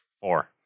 Four